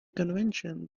convention